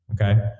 Okay